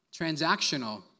Transactional